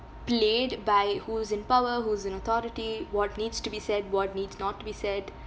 played by who's in power who's in authority what needs to be said what needs not to be said